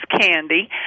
candy